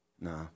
No